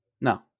No